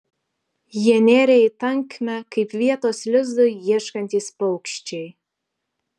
jie nėrė į tankmę kaip vietos lizdui ieškantys paukščiai